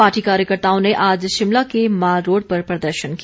party कार्यकर्ताओं ने आज शिमला के मालरोड़ पर प्रदर्शन किया